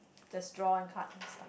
just draw one card and start